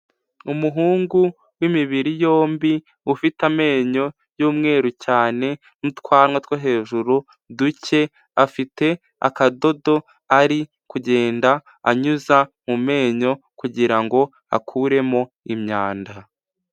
Umuhungu w'imibiri yombi, ufite amenyo y'umweru cyane n'utwana two hejuru duke, afite akadodo ari kugenda anyuza mu menyo kugira ngo akuremo imyanda.